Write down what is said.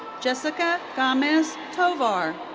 jessica gamez tovar.